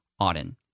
Auden